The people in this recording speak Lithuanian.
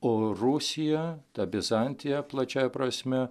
o rusija ta bizantija plačiąja prasme